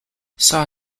saw